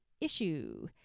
issue